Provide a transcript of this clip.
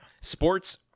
Sports